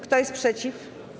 Kto jest przeciw?